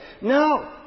No